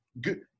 Good